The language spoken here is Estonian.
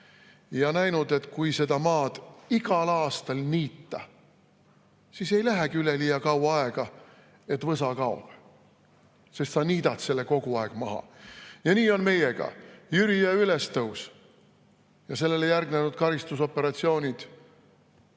ja näinud, et kui seda maad igal aastal niita, siis ei lähegi üleliia kaua aega, kuni võsa kaob, sest sa niidad selle kogu aeg maha. Nii oli ka meiega. Jüriöö ülestõus ja sellele järgnenud karistusoperatsioonid,